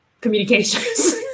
communications